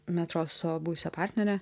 metro su savo buvusia partnere